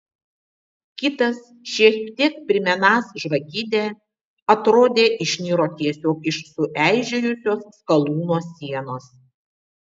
kitas šiek tiek primenąs žvakidę atrodė išniro tiesiog iš sueižėjusios skalūno sienos